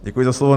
Děkuji za slovo.